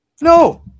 No